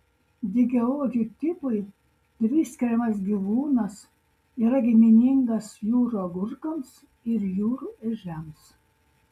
dygiaodžių tipui priskiriamas gyvūnas yra giminingas jūrų agurkams ir jūrų ežiams